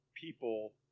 people